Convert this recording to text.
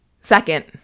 Second